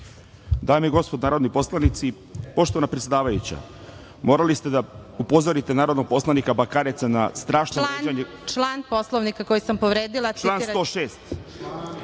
Dame i gospodo narodni poslanici, poštovana predsedavajuća, morali ste da upozorite narodnog poslanika Bakareca… **Elvira Kovač** Član Poslovnika koji sam povredila? **Slobodan